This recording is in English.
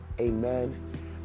Amen